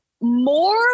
more